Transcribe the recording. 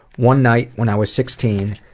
one night, when i was sixteen,